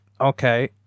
okay